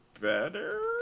better